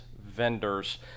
vendors